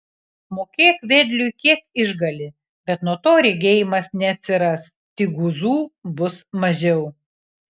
mokėk vedliui kiek išgali bet nuo to regėjimas neatsiras tik guzų bus mažiau